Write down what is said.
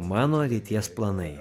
mano ateities planai